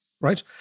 right